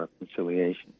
reconciliation